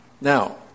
Now